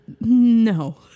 No